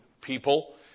people